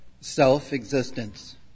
Self-existence